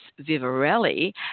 Vivarelli